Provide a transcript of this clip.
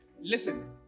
listen